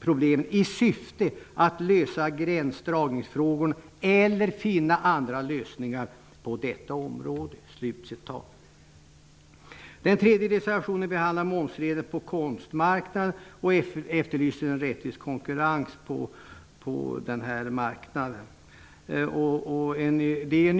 problemen i syfte att lösa gränsdragningsfrågorna eller finna andra lösningar som förbättrar konkurrenssituationen på detta område.'' Den tredje reservationen gäller momsreglerna på konstmarknaden och efterlyser en rättvis konkurrens på denna marknad.